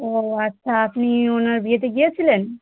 ও আচ্ছা আপনি ওনার বিয়েতে গিয়েছিলেন